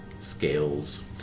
Scales